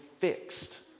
fixed